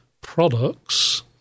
products